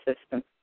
system